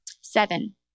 Seven